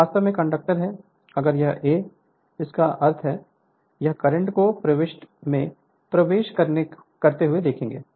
यह वास्तव में कंडक्टर है अगर यह A इसका अर्थ है उस करंट को पृष्ठ में प्रवेश करते हुए देखेंगे